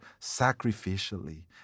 sacrificially